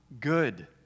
good